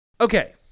Okay